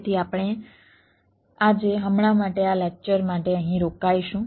તેથી આજે આપણે હમણાં માટે આ લેક્ચર માટે અહીં રોકાઈશું